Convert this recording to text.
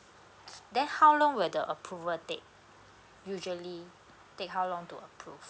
then how long will the approval take usually take how long to approve